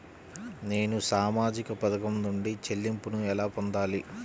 నేను సామాజిక పథకం నుండి చెల్లింపును ఎలా పొందాలి?